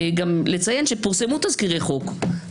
אני רוצה לציין שפורסמו תזכירי חוק.